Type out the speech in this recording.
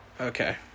Okay